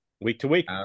Week-to-week